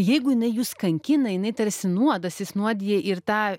jeigu jinai jus kankina jinai tarsi nuodas jis nuodija ir tą